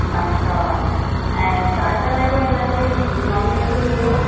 अच्छा ऐं स्टार्टर में बि हिननि जो ई नॉनवेज जो ई हूंदो